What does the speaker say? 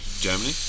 Germany